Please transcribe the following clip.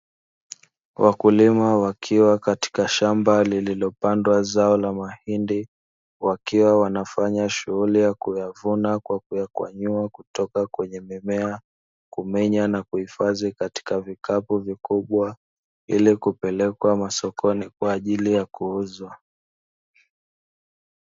Wakulima wakiwa katika shamba lililopandwa zao la mahindi wakiwa wanafanya shughuli ya kuvuna kwa kuyakwanyua kutoka kwenye mimea, kumenya na kuhifadhi katika vikapu vikubwa ili kupelekwa masokoni kwa ajili ya kuuzwa.